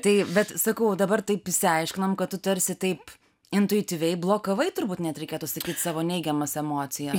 tai bet sakau dabar taip išsiaiškinom kad tu tarsi taip intuityviai blokavai turbūt net reikėtų sakyt savo neigiamas emocijas